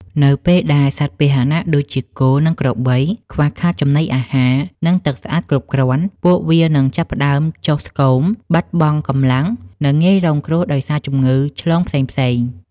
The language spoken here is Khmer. នៅពេលដែលសត្វពាហនៈដូចជា គោ និងក្របី ខ្វះខាតចំណីអាហារ និងទឹកស្អាតគ្រប់គ្រាន់ ពួកវានឹងចាប់ផ្ដើមចុះស្គម បាត់បង់កម្លាំង និងងាយរងគ្រោះដោយសារជំងឺឆ្លងផ្សេងៗ។